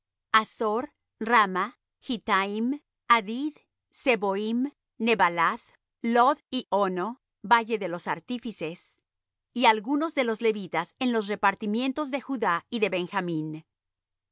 hasor rama gitthaim hadid seboim neballath lod y ono valle de los artífices y algunos de los levitas en los repartimientos de judá y de benjamín